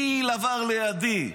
טיל עבר לידי,